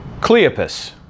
Cleopas